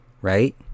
right